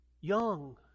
young